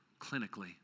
clinically